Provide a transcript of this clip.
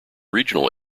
regional